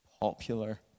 popular